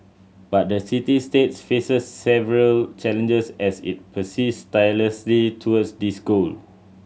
but the city state faces several challenges as it persists tirelessly towards this goal